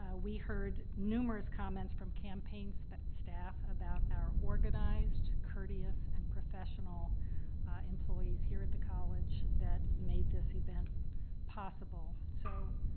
ah we heard numerous comments from campaign so but staff about our organized, courteous and professional employees here at the college that made this event possible. so,